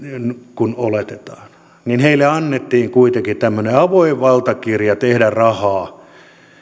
oletetaan ja heille annettiin kuitenkin tämmöinen avoin valtakirja tehdä rahaa